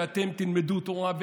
שאתם תלמדו תורה,